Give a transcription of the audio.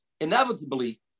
inevitably